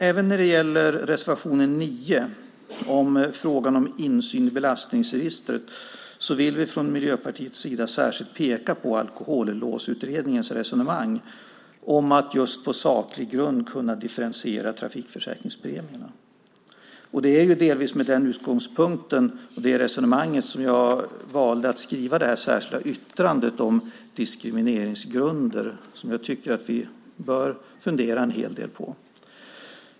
Även när det gäller reservation 9 om frågan om insyn i belastningsregistret vill vi i Miljöpartiet särskilt peka på Alkolåsutredningens resonemang om att på saklig grund kunna differentiera trafikförsäkringspremierna. Det är ju delvis utifrån den utgångspunkten och det resonemanget som jag valde att skriva det särskilda yttrande om diskrimineringsgrunder som jag tycker att vi bör fundera en hel del på.